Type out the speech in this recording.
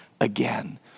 again